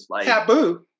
Taboo